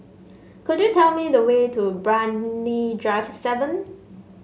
could you tell me the way to Brani Drive seven